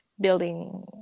building